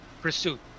pursuit